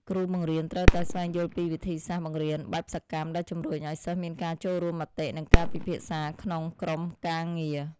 គ្រូបង្រៀនត្រូវតែស្វែងយល់ពីវិធីសាស្ត្របង្រៀនបែបសកម្មដែលជំរុញឱ្យសិស្សមានការចូលរួមមតិនិងការពិភាក្សាក្នុងក្រុមការងារ។